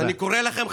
אז אני קורא לכם,